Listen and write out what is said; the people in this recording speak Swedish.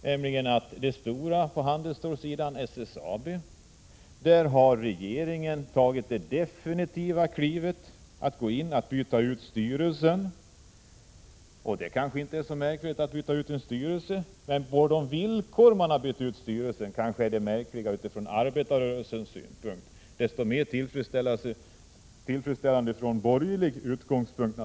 När det gäller det stora företaget på handelsstålsidan, SSAB, har regeringen tagit det definitiva klivet att byta ut styrelsen. Det kanske inte är så märkvärdigt att göra det, men det sätt som man har gjort det på är märkligt ur arbetarrörelsens syn. Desto mer tillfredsställande är det naturligtvis från borgerlig utgångspunkt!